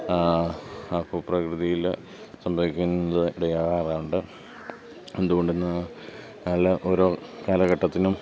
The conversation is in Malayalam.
അപ്പം പ്രകൃതിയിൽ സംഭവിക്കുന്നത് ഇടയാകാറുണ്ട് എന്തുകൊണ്ടന്ന് ഓരോ കാലഘട്ടത്തിനും